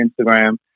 Instagram